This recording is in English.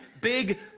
big